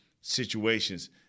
situations